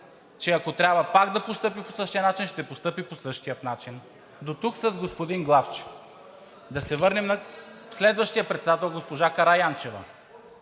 че ако трябва да постъпи пак по същия начин, ще постъпи по същия начин. Дотук с господин Главчев. Да се върнем на следващия председател – госпожа Караянчева.